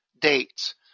dates